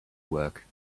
work